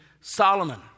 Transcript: Solomon